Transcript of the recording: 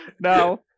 Now